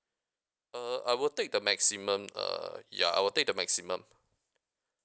uh I will take the maximum uh ya I will take the maximum